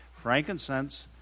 Frankincense